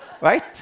Right